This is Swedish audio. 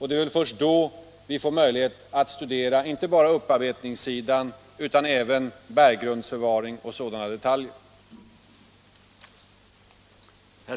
Det är väl först då vi får möjlighet att studera inte bara upparbetningsfrågan utan även berggrundsförvaring och sådana detaljer.